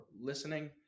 listening